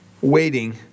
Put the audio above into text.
waiting